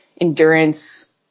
endurance